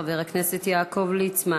חבר הכנסת יעקב ליצמן,